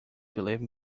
believe